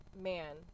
man